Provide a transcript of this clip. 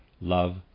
love